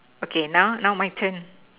okay now now my turn